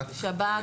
שירות בתי הסוהר,